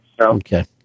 Okay